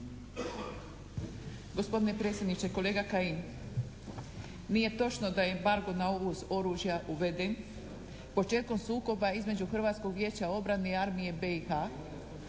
Gospodine predsjedniče! Kolega Kajin, nije točno da je embargo na uvoz oružja uveden. Početkom sukoba između Hrvatskog vijeća orane i Armije BiH